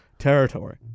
Territory